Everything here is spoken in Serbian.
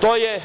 To je